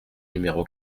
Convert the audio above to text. numéro